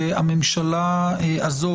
אני אציין שהממשלה הזאת,